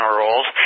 rules